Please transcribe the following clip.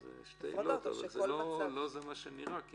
זה שתי עילות, אבל לא זה מה שנראה.